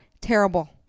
terrible